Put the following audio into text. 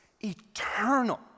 eternal